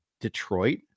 Detroit